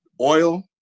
oil